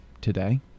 today